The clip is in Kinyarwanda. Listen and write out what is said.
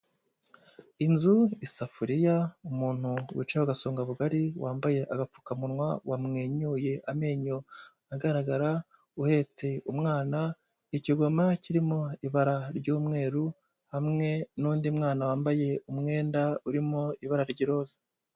Inzu, isafuriya, umuntu wicaye ku gasongabugari wambaye agapfukamunwa, wamwenyuye amenyo agaragara, uhetse umwana, ikigoma kirimo ibara ry'umweru, hamwe n'undi mwana wambaye umwenda urimo ibara ry'iroza.